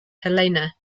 helena